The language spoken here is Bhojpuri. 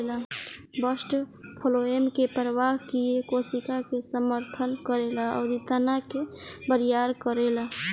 बस्ट फ्लोएम के प्रवाह किये कोशिका के समर्थन करेला अउरी तना के बरियार करेला